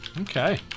Okay